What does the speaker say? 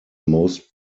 most